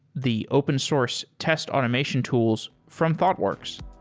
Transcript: the open source test automation tools from thoughtworks.